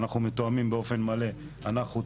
ואנחנו מתואמים באופן מלא אנחנו,